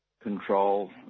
control